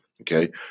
okay